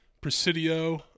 Presidio